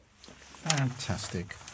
Fantastic